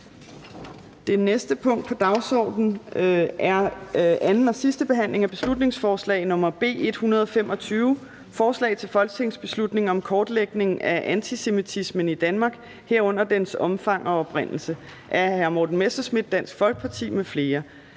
Det næste punkt på dagsordenen er: 8) 2. (sidste) behandling af beslutningsforslag nr. B 125: Forslag til folketingsbeslutning om kortlægning af antisemitismen i Danmark – herunder dens omfang og oprindelse. Af Morten Messerschmidt (DF) m.fl.